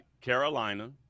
Carolina